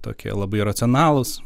tokie labai racionalūs